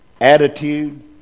attitude